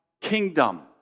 kingdom